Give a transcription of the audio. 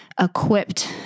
equipped